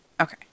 okay